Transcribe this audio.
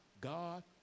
God